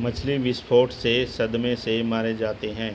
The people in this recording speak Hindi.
मछली विस्फोट से सदमे से मारे जाते हैं